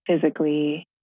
physically